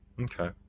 Okay